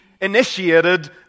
initiated